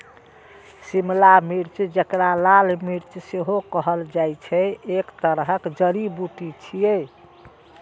शिमला मिर्च, जेकरा लाल मिर्च सेहो कहल जाइ छै, एक तरहक जड़ी बूटी छियै